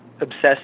obsessed